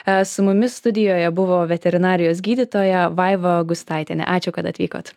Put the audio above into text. su mumis studijoje buvo veterinarijos gydytoją vaivą gustaitienę ačiū kad atvykot